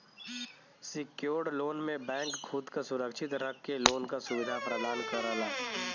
secured loan में bank खुद क सुरक्षित रख के लोन क सुविधा प्रदान करला